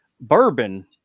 bourbon